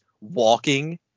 walking